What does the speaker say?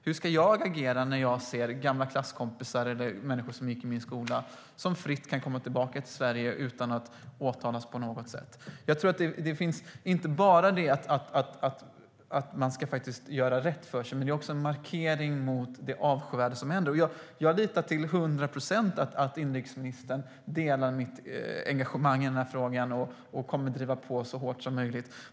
Hur ska jag agera när jag ser gamla klasskompisar eller människor som gick i min skola och som fritt kan komma tillbaka till Sverige utan att åtalas på något sätt? Det handlar inte bara om att man ska göra rätt för sig. Det är också en markering mot det avskyvärda som pågår. Jag litar till 100 procent på att inrikesministern delar mitt engagemang i frågan och att han kommer att driva på så hårt som möjligt.